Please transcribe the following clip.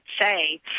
say